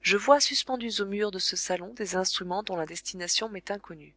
je vois suspendus aux murs de ce salon des instruments dont la destination m'est inconnue